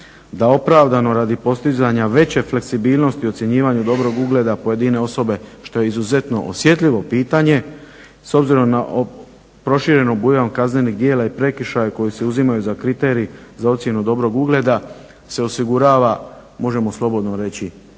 da opravdano radi postizanja veće fleksibilnosti u ocjenjivanju dobrog ugleda pojedine osobe što je izuzetno osjetljivo pitanje s obzirom na proširen obujam kaznenih djela i prekršaja koji se uzimaju za kriterij, za ocjenu dobrog ugleda se osigurava možemo slobodno reći